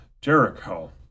Jericho